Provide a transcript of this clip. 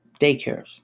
daycares